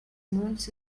moons